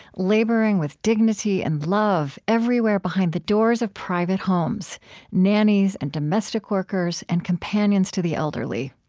laboring with dignity and love everywhere behind the doors of private homes nannies and domestic workers and companions to the elderly.